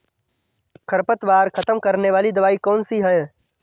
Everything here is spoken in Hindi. खरपतवार खत्म करने वाली दवाई कौन सी है?